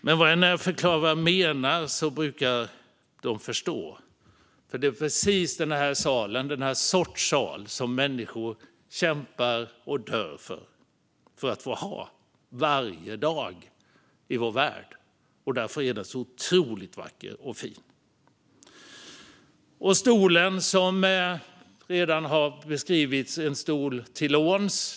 Men när jag förklarar vad jag menar brukar de förstå. Det är nämligen precis den här sortens sal som människor kämpar och dör för att få ha, varje dag i vår värld. Därför är den så otroligt vacker och fin. De stolar vi sitter på är, som redan har beskrivits, till låns.